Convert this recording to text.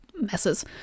messes